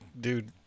dude